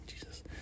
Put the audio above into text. Jesus